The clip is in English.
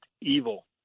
evil